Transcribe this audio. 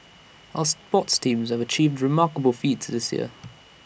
our sports teams have achieved remarkable feats this year